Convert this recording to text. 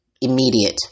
immediate